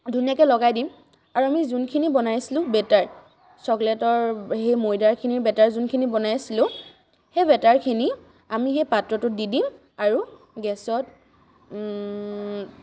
ধুনীয়াকৈ লগাই দিম আৰু আমি যোনখিনি বনাইছিলোঁ বেটাৰ চকলেটৰ সেই ময়দাখিনিৰ বেটাৰ যোনখিনি বনাইছিলোঁ সেই বেটাৰখিনি আমি সেই পাত্ৰটোত দি দিম আৰু গেছত